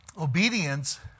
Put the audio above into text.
obedience